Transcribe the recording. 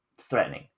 threatening